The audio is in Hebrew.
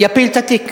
יפיל את התיק,